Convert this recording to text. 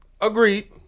Agreed